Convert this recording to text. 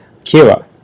Kira